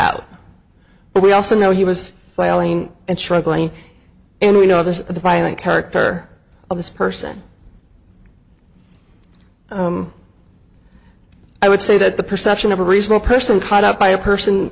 but we also know he was failing and struggling and we know that the violent character of this person i would say that the perception of a reasonable person caught up by a person